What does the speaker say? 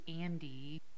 Andy